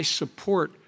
support